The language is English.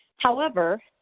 however,